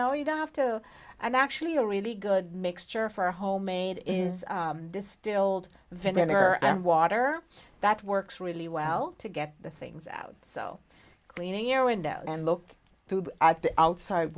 now you don't have to i'm actually a really good mixture for a homemade is distilled vinegar and water that works really well to get the things out so cleaning your window and look through the outside